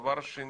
דבר שני,